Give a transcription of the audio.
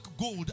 gold